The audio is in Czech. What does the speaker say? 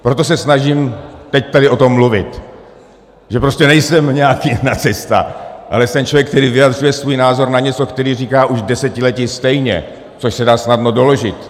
Proto se snažím teď tady o tom mluvit, že prostě nejsem nějaký nacista, ale jsem člověk, který vyjadřuje svůj názor na něco, který říká už desetiletí stejně, což se dá snadno doložit.